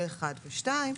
שתיים,